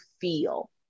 feel